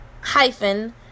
hyphen